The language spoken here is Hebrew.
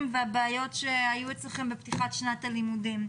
והבעיות שהיו אצלכם בפתיחת שנת הלימודים.